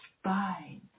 spine